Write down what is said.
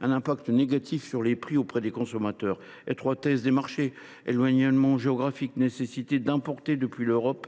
un effet négatif sur les prix auprès des consommateurs : étroitesse des marchés, éloignement géographique, nécessité d’importer depuis l’Europe,